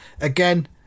again